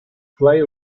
fly